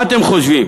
מה אתם חושבים,